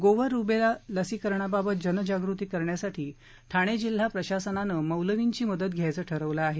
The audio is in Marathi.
गोवर रुबेला लसीकरणाबाबत जनजागृती करण्यासाठी ठाणे जिल्हा प्रशासनाने मौलवींची मदत घ्यायचं ठरवलं आहे